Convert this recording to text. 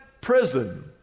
prison